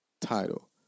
title